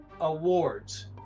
awards